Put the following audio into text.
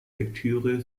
lektüre